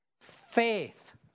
faith